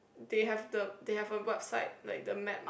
they have the they have a website like the map